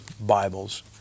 Bibles